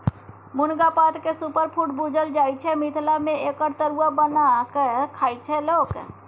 मुनगा पातकेँ सुपरफुड बुझल जाइ छै मिथिला मे एकर तरुआ बना कए खाइ छै लोक